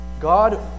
God